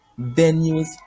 venues